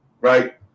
right